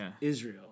Israel